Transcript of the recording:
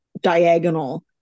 diagonal